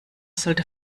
sollte